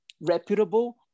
reputable